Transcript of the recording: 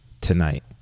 tonight